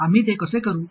आम्ही ते कसे करू